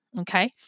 okay